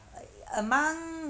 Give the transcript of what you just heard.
among